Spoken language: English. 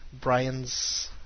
Brian's